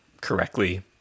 correctly